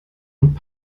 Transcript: und